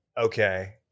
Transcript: okay